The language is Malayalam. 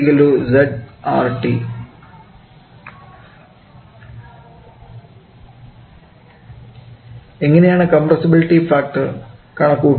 Pv ZRT എങ്ങനെയാണ് കംപ്രസ്ബിലിറ്റി ഫാക്ടർ കണക്കുകൂട്ടുന്നത്